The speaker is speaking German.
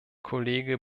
kollege